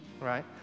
right